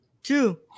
Two